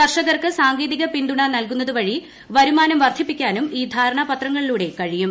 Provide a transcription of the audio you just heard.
കർഷകർക്ക് സാങ്കേതിക പിന്തുണ നൽകുന്നതുവഴി വരുമാനം വർദ്ധിപ്പിക്കാനും ഈ ധാരണാ പത്രത്തിലൂടെ കഴിയും